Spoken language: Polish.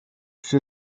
się